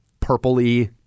purpley